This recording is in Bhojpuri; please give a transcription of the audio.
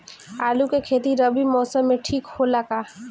आलू के खेती रबी मौसम में ठीक होला का?